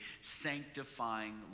sanctifying